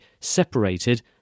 separated